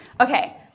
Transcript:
Okay